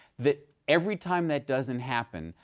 that every time that doesn't happen,